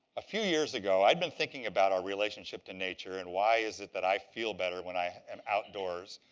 a few years ago, i'd been thinking about our relationship to nature and why is it that i feel better when i am outdoors.